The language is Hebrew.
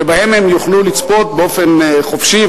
שבהם הם יוכלו לצפות באופן חופשי,